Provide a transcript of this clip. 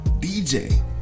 DJ